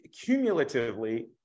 cumulatively